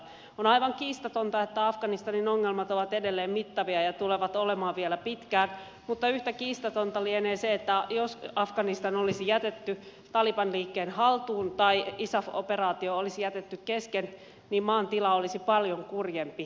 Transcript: on aivan kiistatonta että afganistanin ongelmat ovat edelleen mittavia ja tulevat olemaan vielä pitkään mutta yhtä kiistatonta lienee se että jos afganistan olisi jätetty taliban liikkeen haltuun tai isaf operaatio olisi jätetty kesken niin maan tila olisi paljon kurjempi